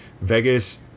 vegas